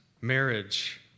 marriage